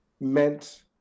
meant